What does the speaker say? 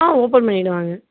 ஆ open பண்ணிவிடுவாங்க